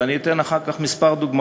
ואני אתן אחר כך כמה דוגמאות,